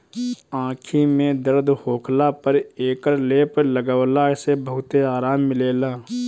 आंखी में दर्द होखला पर एकर लेप लगवला से बहुते आराम मिलेला